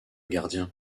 gardien